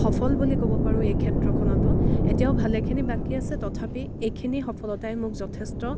সফল বুলি ক'ব পাৰোঁ এইক্ষেত্ৰখনতো এতিয়াও ভালেখিনি বাকী আছে তথাপি এইখিনি সফলতাই মোক যথেষ্ট